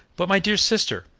but, my dear sister,